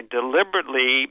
deliberately